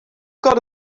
got